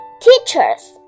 teachers